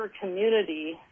community